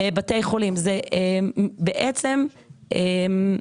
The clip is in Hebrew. כפי שאסתי אמרה,